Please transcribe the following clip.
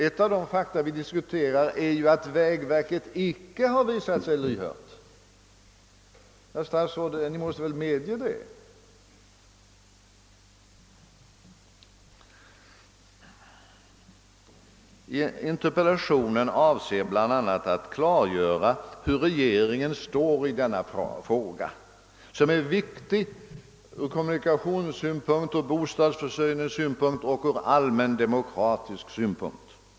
Ett av de fakta vi diskuterar är ju att vägverket icke har visat sig lyhört — herr statsrådet måste väl medge det? Interpellationen avser bl.a. att klargöra var regeringen står i denna fråga, som är viktig ur kommunikationssynpunkt, ur bostadsförsörjningssynpunkt och ur allmän demokratisk synpunkt.